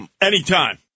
Anytime